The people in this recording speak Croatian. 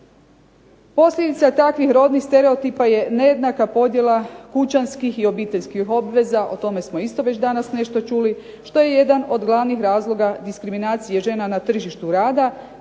Posljedica takvih rodnih stereotipa je nejednaka podjela kućanskih i obiteljskih obveza, o tome smo isto već danas nešto čuli, što je jedan od glavnih razloga diskriminacije žena na tržištu rada